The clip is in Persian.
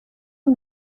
اون